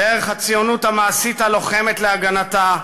דרך הציונות המעשית הלוחמת להגנתה,